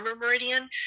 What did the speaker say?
meridian